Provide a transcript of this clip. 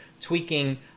tweaking